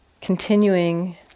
Continuing